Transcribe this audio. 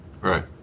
Right